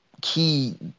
key